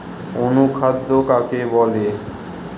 অনুখাদ্য কাকে বলে?